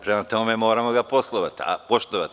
Prema tome, moramo ga poštovati.